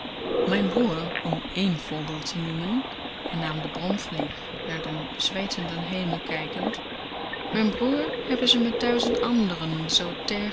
mijn broer om één voorbeeld te noemen hernam de bromvlieg naar den zweetenden hemel kijkend mijn broer hebben ze met duizend anderen z